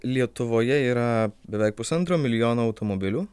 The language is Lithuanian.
lietuvoje yra beveik pusantro milijono automobilių